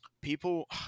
people –